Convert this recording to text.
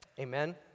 Amen